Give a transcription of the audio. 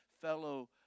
fellow